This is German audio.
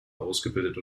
ausgebildet